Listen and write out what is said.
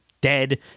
dead